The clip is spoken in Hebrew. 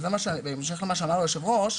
בהמשך למה שאמר היו"ר,